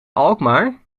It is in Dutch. alkmaar